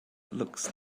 looks